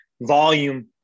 volume-